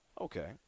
Okay